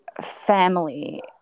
family